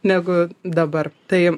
negu dabar tai